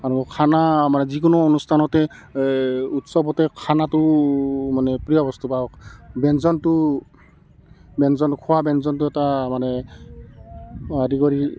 আৰু খানা মানে যিকোনো অনুষ্ঠানতে উৎসৱতে খানাটো মানে প্ৰিয় বস্তু বা ব্যঞ্জনটো ব্যঞ্জন খোৱা ব্যঞ্জনটো এটা মানে আদি কৰি